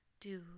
Do